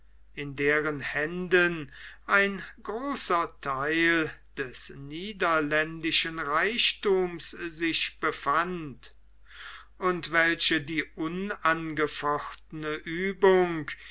in deren händen ein großer theil des niederländischen reichthums sich befand und welche die unangefochtene uebung